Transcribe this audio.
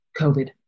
COVID